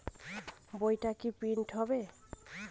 বইটা কি প্রিন্ট হবে?